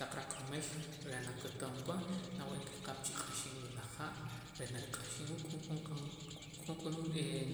Taq raq'omil reh nakutum pa nawe'eem ke qap chiq'axiin wa la ha' reh nariq'axiin wa q'uun q'uun